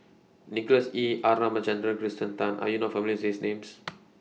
Nicholas Ee R Ramachandran Kirsten Tan Are YOU not familiar with These Names